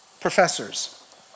professors